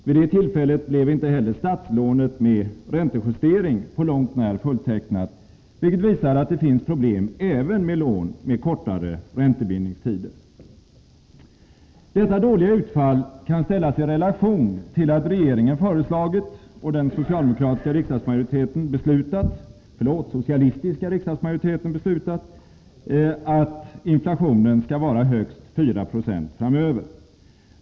Vid det tillfället blev inte heller statslånet med räntejustering på långt när fulltecknat, vilket visar att det finns problem även med lån med kortare räntebindningstider. Detta dåliga utfall kan ställas i relation till att regeringen föreslagit och den socialdemokratiska riksdagsmajoriteten — förlåt, den socialistiska riksdagsmajoriteten — beslutat att inflationen skall vara högst 4 26 framöver.